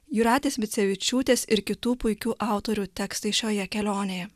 jūratės micevičiūtės ir kitų puikių autorių tekstai šioje kelionėje